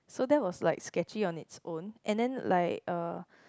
so that was like sketchy on its own and then like uh